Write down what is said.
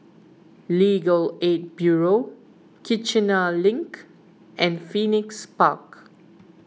Legal Aid Bureau Kiichener Link and Phoenix Park